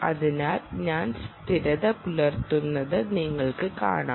അതിനാൽ ഞാൻ സ്ഥിരത പുലർത്തുന്നത് നിങ്ങൾക്ക് കാണാം